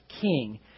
king